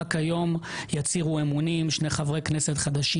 רק היום יצהירו אמונים שני חברי כנסת חדשים